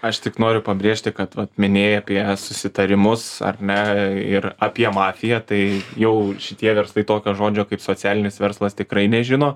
aš tik noriu pabrėžti kad vat minėjai apie susitarimus ar ne ir apie mafiją tai jau šitie verslai tokio žodžio kaip socialinis verslas tikrai nežino